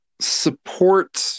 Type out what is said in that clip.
support